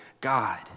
God